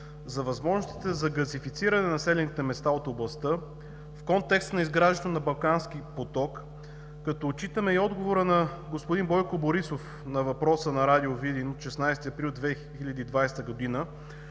за възможностите за газифициране на населените места от областта, в контекста на изграждането на Балкански поток, като отчитаме и отговора на господин Бойко Борисов на въпроса на Радио Видин от 16 април 2020 г.